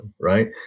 Right